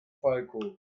falco